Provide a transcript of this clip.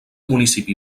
municipi